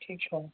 ٹھیٖک چھِو حظ